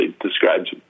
describes